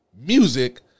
music